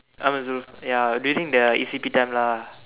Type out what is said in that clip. I mean Zul ya during their E_C_P time lah